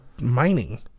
mining